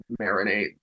marinate